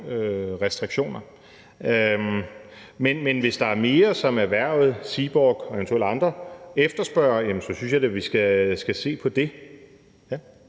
restriktioner. Men hvis der er mere, som erhvervet, Seaborg og eventuelle andre, efterspørger, så synes jeg da, at vi skal se på det.